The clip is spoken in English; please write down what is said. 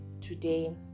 today